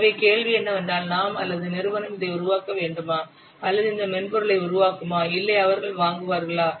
எனவே கேள்வி என்னவென்றால் நாம் அல்லது நிறுவனம் இதை உருவாக்க வேண்டுமா அல்லது இந்த மென்பொருளை உருவாக்குமா இல்லை அவர்கள் வாங்குவார்களா